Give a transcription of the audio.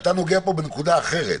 אתה נוגע פה בנקודה אחרת,